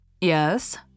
Yes